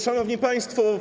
Szanowni Państwo!